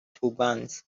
turbans